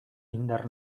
indar